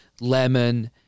lemon